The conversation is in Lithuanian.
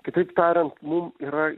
kitaip tariant mum yra